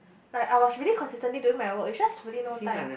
like I was really consistently doing my work is just really no time